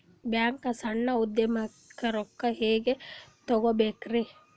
ಬ್ಯಾಂಕ್ನಾಗ ಸಣ್ಣ ಉದ್ಯಮಕ್ಕೆ ರೊಕ್ಕ ಹೆಂಗೆ ತಗೋಬೇಕ್ರಿ?